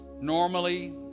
normally